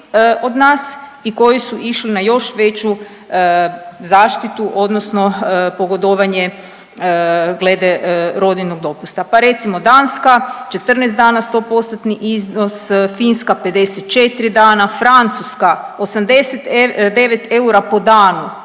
od nas i koji su išli na još veću zaštitu odnosno pogodovanje glede rodiljnog dopusta, pa recimo Danska 14 dana 100%-tni iznos, Finska 54 dana, Francuska 89 eura po danu